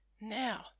Now